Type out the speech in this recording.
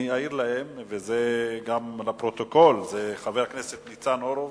אני אעיר להם ואוסיף לפרוטוקול שמדובר בחבר הכנסת ניצן הורוביץ,